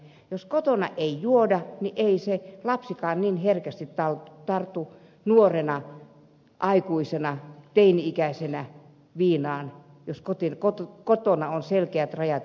jos kotona ei juoda niin ei se lapsikaan niin herkästi tartu nuorena aikuisena teini ikäisenä viinaan jos kotona on selkeät rajat että ei juoda